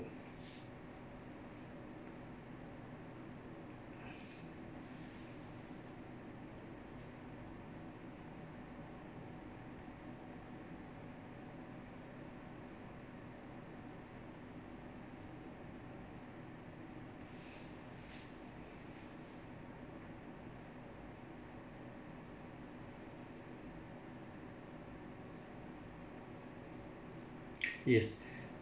yes